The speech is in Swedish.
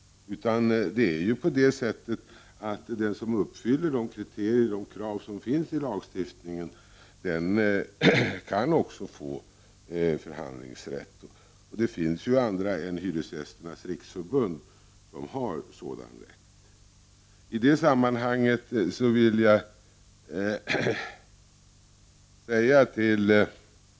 Den som uppfyller de krav som stipuleras i lagstiftningen kan också få förhandlingsrätt. Det finns ju andra än hyresgästföreningarna under Hyresgästernas riksförbund som har sådan rätt.